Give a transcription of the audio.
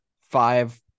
five